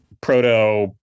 proto